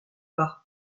par